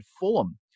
Fulham